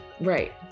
Right